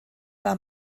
war